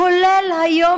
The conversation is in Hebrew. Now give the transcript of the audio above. כולל היום.